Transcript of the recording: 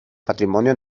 patrimonio